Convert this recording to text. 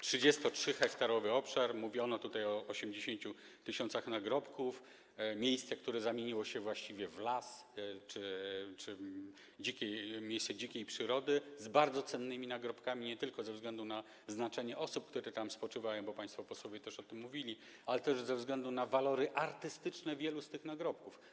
33-hektarowy obszar, mówiono tutaj o 80 tys. nagrobków, miejsce, które zamieniło się właściwie w las czy miejsce dzikiej przyrody, z bardzo cennymi nagrobkami nie tylko ze względu na znaczenie osób, które tam spoczywają, choć państwo posłowie też o tym mówili, ale też ze względu na walory artystyczne wielu z tych nagrobków.